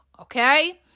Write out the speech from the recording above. Okay